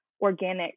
organic